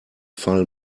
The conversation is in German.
fall